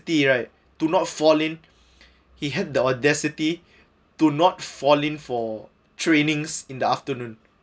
right to not fall in he had the audacity to not fall in for trainings in the afternoon